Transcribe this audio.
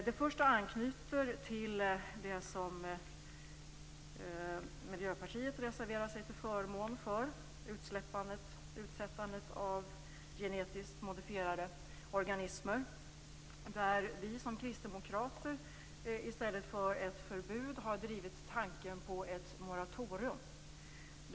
Det första anknyter till det som Miljöpartiet reserverar sig till förmån för, utsättandet av genetiskt modifierade organismer. Vi kristdemokrater har i stället för att tala för ett förbud drivit tanken på ett moratorium.